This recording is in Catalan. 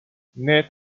net